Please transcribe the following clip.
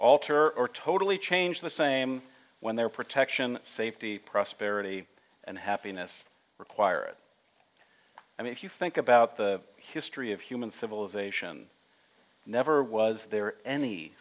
alter or totally change the same when their protection safety prosperity and happiness require it i mean if you think about the history of human civilization never was there any